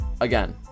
Again